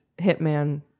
hitman